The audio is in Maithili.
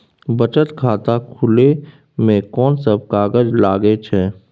बचत खाता खुले मे कोन सब कागज लागे छै?